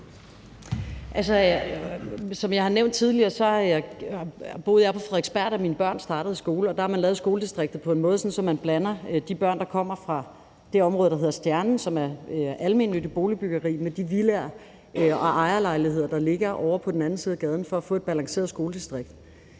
har nævnt tidligere, boede jeg på Frederiksberg, da mine børn startede i skole. Der har man lavet skoledistriktet på en måde, hvor man blander de børn, der kommer fra det område, der hedder Stjernen, som er et almennyttigt boligbyggeri, med børnene, der bor i de villaer og ejerlejligheder, der ligger ovre på den anden side af gaden, for at få et balanceret skoledistrikt.